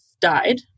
died